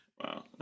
Wow